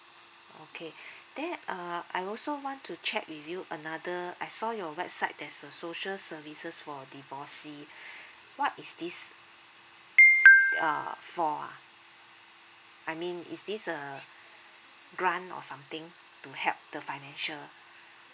okay then uh I also want to check with you another I saw your website there's a social services for divorcee what is this err for ah I mean is this a grant or something to help the financial